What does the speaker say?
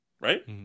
right